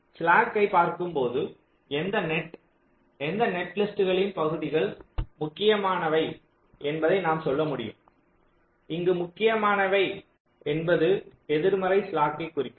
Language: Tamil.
ஸ்லாக்கை பார்க்கும் போது எந்த நெட் எந்த நெட்லிஸ்ட்களின் பகுதிகள் முக்கியமானவை என்பதை நாம் சொல்ல முடியும் இங்கு முக்கியமானவை என்பது எதிர்மறை ஸ்லாக்கை குறிக்கும்